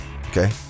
okay